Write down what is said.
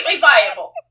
viable